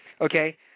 Okay